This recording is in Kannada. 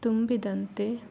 ತುಂಬಿದಂತೆ